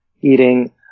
eating